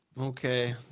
Okay